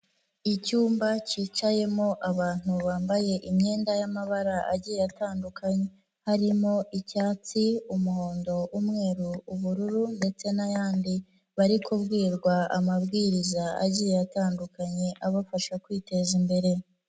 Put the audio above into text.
Icyumba cyicayemo abantu bambaye imyenda y'amabara agiye atandukanye, harimo icyatsi umuhondo, umweru, ubururu ndetse n'ayandi bari kubwirwa amabwiriza agiye atandukanye abafasha kwiteza imbere.